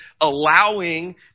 allowing